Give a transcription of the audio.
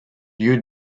lieu